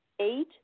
eight